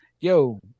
yo